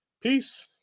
Peace